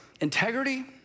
integrity